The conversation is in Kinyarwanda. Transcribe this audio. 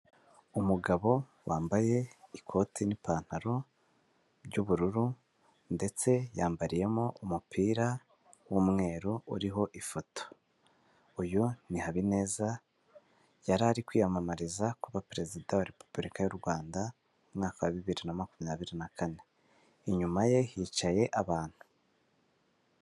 Umugabo wambaye ikoti n'ipantaro ry'ubururu ndetse yambariyemo umupira w'umweru, uriho ifoto. Uyu ni Habineza yari ari kwiyamamariza kuba perezida wa Repubulika y'u Rwanda mu mwaka wa bibiri na makumyabiri na kane inyuma ye hicaye abantu.